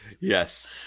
yes